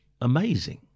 amazing